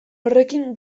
horrekin